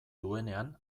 duenean